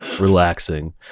relaxing